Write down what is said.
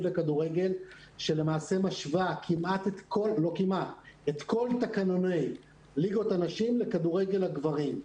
לכדורגל שלמעשה משווה את כל תקנוני ליגות הנשים לכדורגל הגברים.